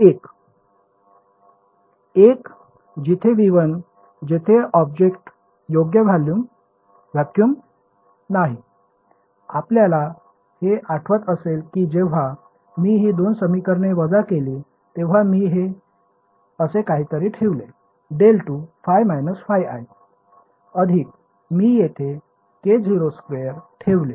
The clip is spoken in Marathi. एक जिथे V1 जेथे ऑब्जेक्ट योग्य व्हॅक्यूम नाही आपल्याला हे आठवत असेल की जेव्हा मी ही दोन समीकरणे वजा केली तेव्हा मी हे असे काहीतरी ठेवले ∇2 ϕ ϕi अधिक मी येथे k02 ठेवले